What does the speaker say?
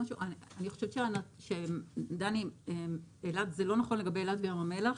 אני חושבת שמה שדני ליפמן אמר לא נכון לגבי אילת וים המלח.